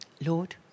Lord